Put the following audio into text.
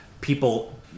People